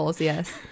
yes